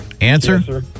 answer